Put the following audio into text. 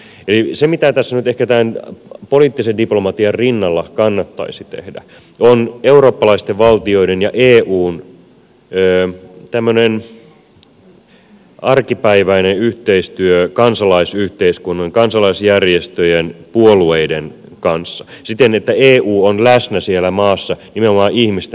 eli se mitä tässä nyt ehkä tämän poliittisen diplomatian rinnalla kannattaisi tehdä on eurooppalaisten valtioiden ja eun tämmöinen arkipäiväinen yhteistyö kansalaisyhteiskunnan kansalaisjärjestöjen puolueiden kanssa siten että eu on läsnä siellä maassa nimenomaan ihmisten tasolla